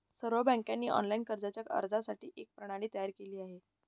सर्व बँकांनी ऑनलाइन कर्जाच्या अर्जासाठी एक प्रणाली तयार केली आहे